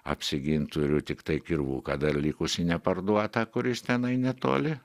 apsigint turiu tiktai kirvuką dar likusį neparduotą kuris tenai netoli